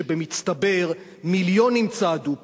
שבמצטבר מיליונים צעדו פה.